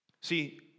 See